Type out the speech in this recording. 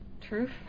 Truth